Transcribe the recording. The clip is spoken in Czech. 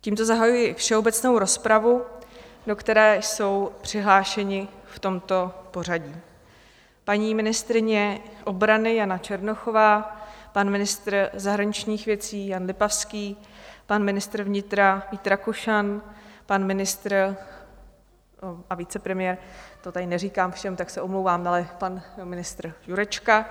Tímto zahajuji všeobecnou rozpravu, do které jsou přihlášeni, v tomto pořadí, paní ministryně obrany Jana Černochová, pan ministr zahraničních věcí Jan Lipavský, pan ministr vnitra Vít Rakušan, pan ministr a vicepremiér to tady neříkám všem, tak se omlouvám pan ministr Jurečka.